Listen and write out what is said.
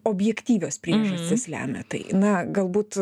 objektyvios priežastys lemia tai na galbūt